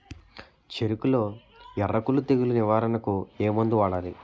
చెఱకులో ఎర్రకుళ్ళు తెగులు నివారణకు ఏ మందు వాడాలి?